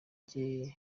jye